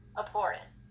important